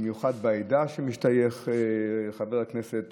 במיוחד בעדה שאליה משתייך חבר הכנסת